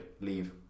Leave